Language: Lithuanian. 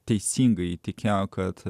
teisingai įtikėjo kad